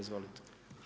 Izvolite!